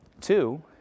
Two